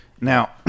Now